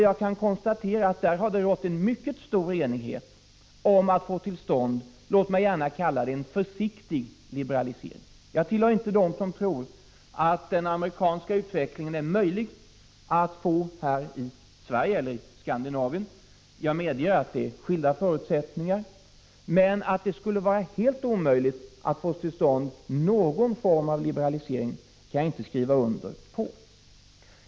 Jag kan konstatera att det i Europarådet har rått en mycket stor enighet om att få till stånd en, låt mig gärna kalla det försiktig, liberalisering. Jag tillhör inte dem som tror att en likadan utveckling som den amerikanska är möjlig att få i Sverige eller i Skandinavien. Jag medger att det råder skilda förutsättningar, men att det skulle vara helt omöjligt att få till stånd någon form av liberalisering kan jag inte skriva under på.